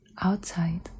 outside